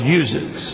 uses